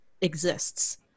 exists